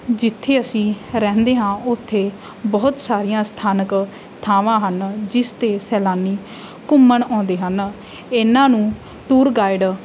ਜਿੱਥੇ ਅਸੀਂ ਰਹਿੰਦੇ ਹਾਂ ਓਥੇ ਬਹੁਤ ਸਾਰੀਆਂ ਸਥਾਨਕ ਥਾਵਾਂ ਹਨ ਜਿਸ 'ਤੇ ਸੈਲਾਨੀ ਘੁੰਮਣ ਆਉਂਦੇ ਹਨ ਇਨ੍ਹਾਂ ਨੂੰ ਟੂਰ ਗਾਈਡ